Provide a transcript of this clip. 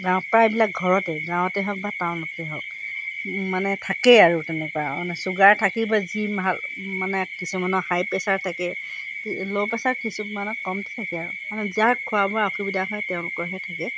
গাঁৱত প্ৰায়বিলাক ঘৰতে গাঁৱতে হওক বা টাউনতে হওক মানে থাকেই আৰু তেনেকুৱা চুগাৰ থাকে বা যি ভাল মানে কিছুমানৰ হাই প্ৰেছাৰ থাকে ল' প্ৰেছাৰ কিছুমানৰ কম থাকে আৰু মানে যাৰ খোৱা বোৱা অসুবিধা হয় তেওঁলোকৰহে থাকে